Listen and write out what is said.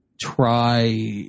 try